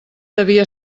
devia